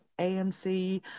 AMC